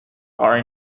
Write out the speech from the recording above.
are